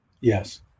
yes